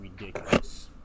ridiculous